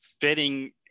fitting